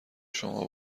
شما